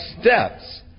steps